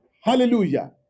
hallelujah